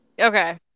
Okay